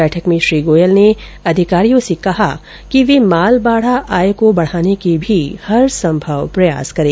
बैठक में श्री गोयल ने अधिकारियों को कहा कि वे मालभाडा आय को बढाने के भी हरसंभव प्रयास करें